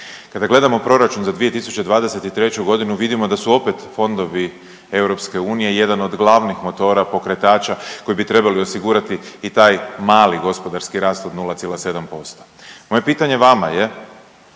Kada gledamo Proračun za 2023. g. vidimo da su opet fondovi EU jedna od glavnih motora pokretača koji bi trebali osigurati i taj mali gospodarski rast od 0,7%. Moje pitanje vama je